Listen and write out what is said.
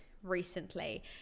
Recently